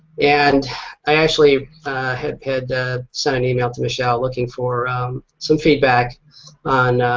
and i actually had had sent an email to michelle looking for some feedback on